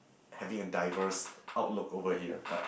having a diverse outlook over here but